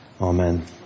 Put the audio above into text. Amen